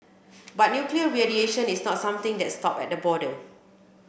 but nuclear radiation is not something that stop at border